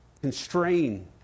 constrain